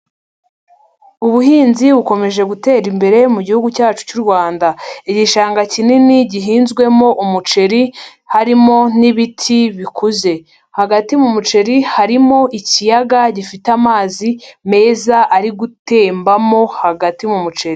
Ubuhinzi bukomeje gutera imbere mu gihugu cyacu cy'u Rwanda. Igishanga kinini gihinzwemo umuceri harimo n'ibiti bikuze. Hagati mu muceri harimo ikiyaga gifite amazi meza ari gutembamo hagati mu muceri.